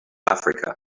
africa